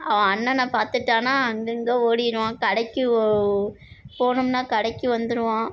அவன் அண்ணனை பார்த்துட்டான்னா அங்கே இருந்து ஓடிருவான் கடைக்கு ஓ போகணும்னா கடைக்கு வந்துருவான்